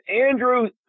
Andrew